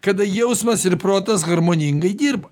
kada jausmas ir protas harmoningai dirba